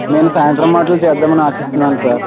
నేను సాయంత్రం ఆటలో చేరుదాం అని ఆశిస్తున్నాను సార్